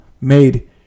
made